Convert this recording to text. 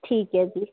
ਠੀਕ ਹੈ ਜੀ